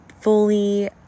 fully